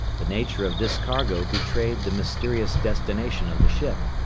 the nature of this cargo betrayed the mysterious destination of the ship,